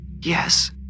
Yes